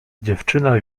dziewczyna